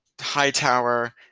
Hightower